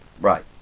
Right